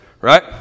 right